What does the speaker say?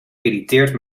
irriteert